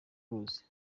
ruzi